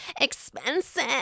expensive